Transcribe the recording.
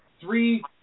three